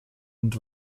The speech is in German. und